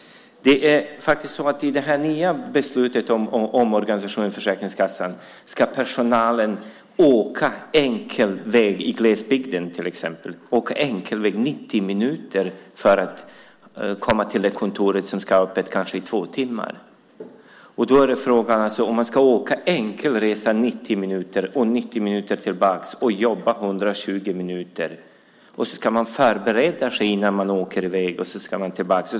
I det nya beslutet om omorganisation av Försäkringskassan ska personalen i till exempel glesbygden åka enkel väg i 90 minuter för att komma till ett kontor som ska ha öppet i kanske två timmar. Man ska åka enkel resa i 90 minuter, jobba i 120 minuter och sedan åka i 90 minuter tillbaka. Och man ska förbereda sig innan man åker i väg och sedan ska man tillbaka.